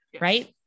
right